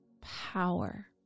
power